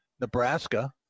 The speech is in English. Nebraska